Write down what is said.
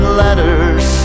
letters